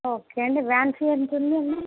okay అండి van fee ఎంత ఉందండి